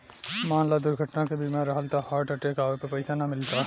मान ल दुर्घटना के बीमा रहल त हार्ट अटैक आवे पर पइसा ना मिलता